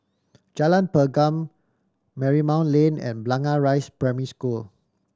Jalan Pergam Marymount Lane and Blangah Rise Primary School